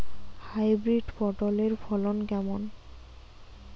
Hybrid পটলের ফলন কেমন?